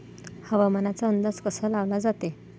हवामानाचा अंदाज कसा लावला जाते?